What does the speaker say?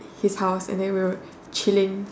his house and then we were chilling